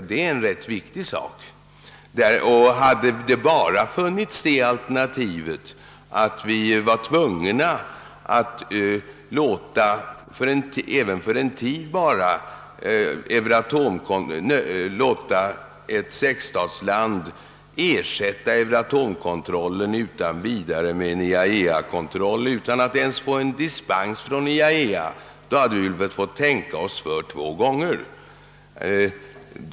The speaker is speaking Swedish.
Det är en rätt viktig sak, och hade det endast funnits det alternativet, att vi skulle vara tvungna — kanske bara för en kortare tid — att låta ett sexstatsland utan vidare ersätta Euratomkontrollen med en IAEA-kontroll utan att ens erhålla dispens från IAEA, då hade vi fått tänka oss för två gånger.